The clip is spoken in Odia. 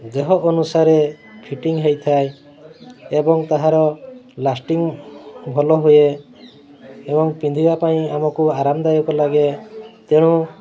ଦେହ ଅନୁସାରେ ଫିଟିଂ ହେଇଥାଏ ଏବଂ ତାହାର ଲାଷ୍ଟିଂ ଭଲ ହୁଏ ଏବଂ ପିନ୍ଧିବା ପାଇଁ ଆମକୁ ଆରାମଦାୟକ ଲାଗେ ତେଣୁ